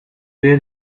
were